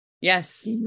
Yes